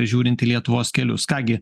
žiūrint į lietuvos kelius ką gi